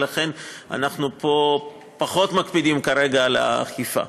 ולכן אנחנו פה פחות מקפידים כרגע על האכיפה.